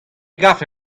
garfe